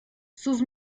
sus